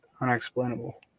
unexplainable